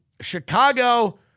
Chicago